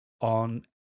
on